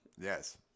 Yes